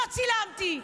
לא צילמתי.